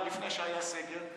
עוד לפני שהיה סגר,